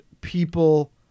people